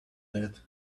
that